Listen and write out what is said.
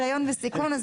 היריון בסיכון,